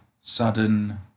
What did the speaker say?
Sudden